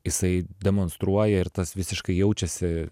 jisai demonstruoja ir tas visiškai jaučiasi